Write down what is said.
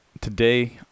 today